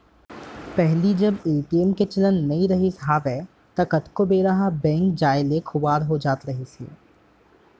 पहिली जब ए.टी.एम के चलन नइ रिहिस हवय ता कतको बेरा ह बेंक के जाय ले खुवार हो जात रहिस हे